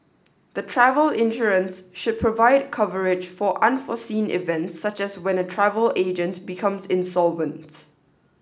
the travel insurance should provide coverage for unforeseen events such as when a travel agent becomes insolvent